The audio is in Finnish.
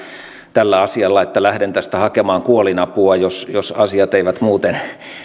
tällä asialla että lähden tästä hakemaan kuolinapua jos jos asiat eivät muuten